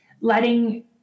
letting